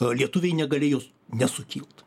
lietuviai negalėjo nesukilt